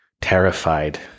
terrified